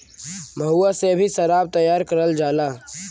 महुआ से भी सराब तैयार करल जाला